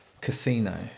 Casino